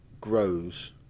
grows